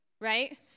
right